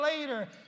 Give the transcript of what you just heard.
later